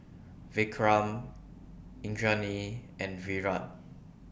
Vikram Indranee and Virat